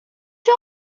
czy